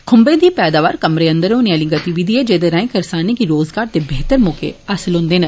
खुम्बें दी पैदावार कमरे अंदर होने आली गतिविधि ऐ जेदे राएं करसानें गी रोजगार दे बेहतर मौके हासिल हुंदे न